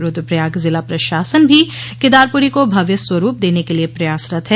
रूद्रप्रयाग जिला प्रशासन भी केदारपुरी को भव्य स्वरूप देने के लिए प्रयासरत है